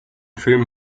film